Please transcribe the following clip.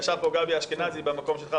ישב גבי אשכנזי במקום שלך,